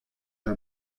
her